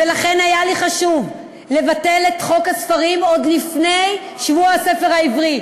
ולכן היה לי חשוב לבטל את חוק הספרים עוד לפני שבוע הספר העברי,